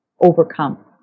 overcome